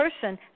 person